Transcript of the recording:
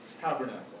tabernacle